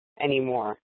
anymore